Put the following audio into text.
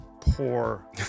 poor